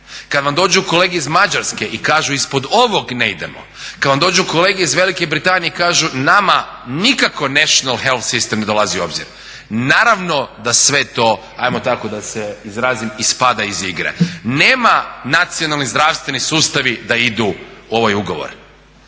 kada vam dođu kolege iz Mađarske i kažu ispod ovog ne idemo, kada vam dođu kolege iz Velike Britanije i kažu nama nikako … /Govornik govori engleski./ … ne dolazi u obzir, naravno da sve to ajmo tako da se izrazim, ispada iz igre. Nema nacionalni zdravstveni sustavi da idu u ovaj ugovor,